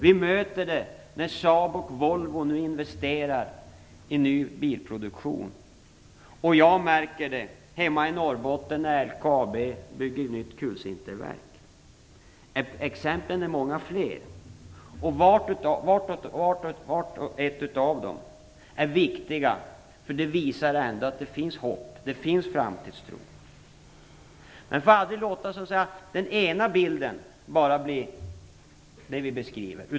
Vi möter det när Saab och Volvo nu investerar i ny bilproduktion, och jag märker det hemma i Norrbotten när LKAB bygger nytt kulsinterverk. Exemplen är många fler. Vart och ett av dem är viktigt. De visar att det finns hopp och framtidstro. Men vi får inte låta bara den ena bilden bli det vi beskriver.